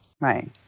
right